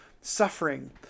suffering